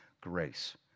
grace